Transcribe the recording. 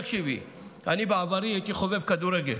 בעברי הייתי חובב כדורגל.